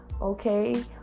okay